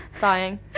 dying